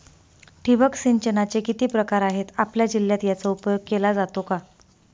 ठिबक सिंचनाचे किती प्रकार आहेत? आपल्या जिल्ह्यात याचा उपयोग केला जातो का?